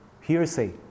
hearsay